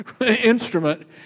instrument